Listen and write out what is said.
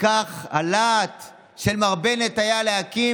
היה כל כך הלהט של מר בנט להקים